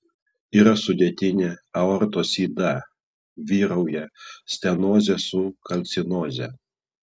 yra sudėtinė aortos yda vyrauja stenozė su kalcinoze